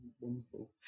wonderful